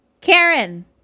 Karen